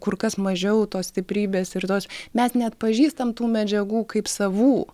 kur kas mažiau tos stiprybės ir tos mes neatpažįstam tų medžiagų kaip savų